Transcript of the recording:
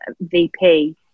VP